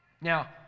Now